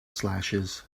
slashes